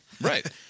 Right